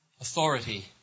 authority